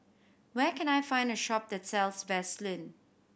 where can I find a shop that sells Vaselin